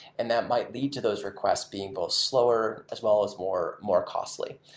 and that might lead to those requests being both slower, as well as more more costly.